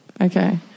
Okay